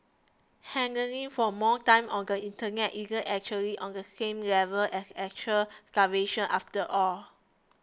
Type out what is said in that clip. hankering for more time on the internet isn't exactly on the same level as actual starvation after all